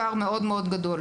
פער מאוד מאוד גדול.